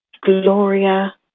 Gloria